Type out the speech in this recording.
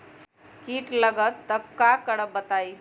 कीट लगत त क करब बताई?